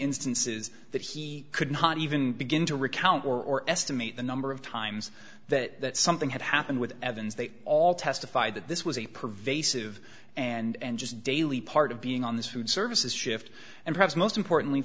instances that he could not even begin to recount or estimate the number of times that something had happened with evans they all testified that this was a pervasive and just daily part of being on this food services shift and perhaps most importantly